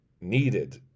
needed